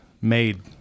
made